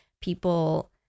People